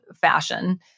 fashion